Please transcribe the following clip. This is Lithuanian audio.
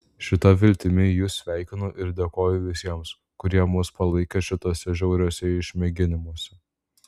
šita viltimi jus sveikinu ir dėkoju visiems kurie mus palaikė šituose žiauriuose išmėginimuose